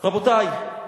רבותי,